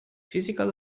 physical